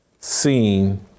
seen